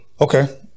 Okay